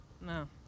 No